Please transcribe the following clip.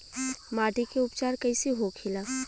माटी के उपचार कैसे होखे ला?